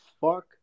fuck